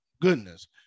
goodness